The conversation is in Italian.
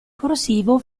corsivo